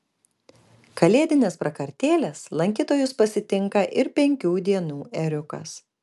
kalėdinės prakartėlės lankytojus pasitinka ir penkių dienų ėriukas